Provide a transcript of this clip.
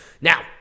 Now